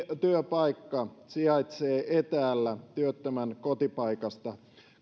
työpaikka sijaitsee etäällä työttömän kotipaikasta